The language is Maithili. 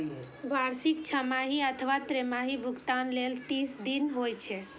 वार्षिक, छमाही अथवा त्रैमासिक भुगतान लेल तीस दिन होइ छै